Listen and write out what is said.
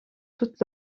toute